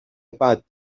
about